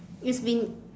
it's been